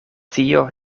tio